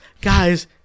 guys